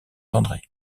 andré